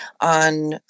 on